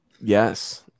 Yes